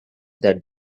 that